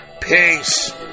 Peace